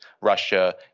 Russia